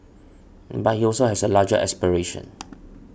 but he also has a larger aspiration